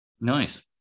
Nice